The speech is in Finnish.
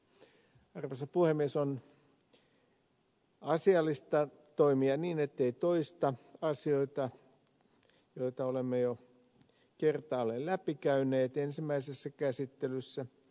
on asiallista toimia niin ettei toista asioita joita olemme jo kertaalleen läpikäyneet ensimmäisessä käsittelyssä